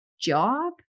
job